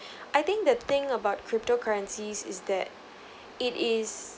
I think the thing about crypto currencies is that it is